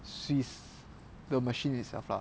swiss the machine itself lah